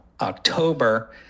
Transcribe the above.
October